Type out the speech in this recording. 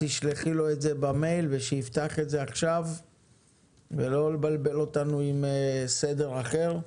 תשלחי לו את זה במייל ושיתפתח את זה עכשיו ולא לבלבל אותנו עם סדר אחר.